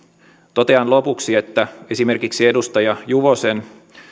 totean lopuksi että esimerkiksi edustaja juvosen